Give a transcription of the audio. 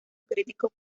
críticos